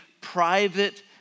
private